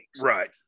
Right